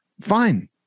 fine